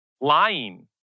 lying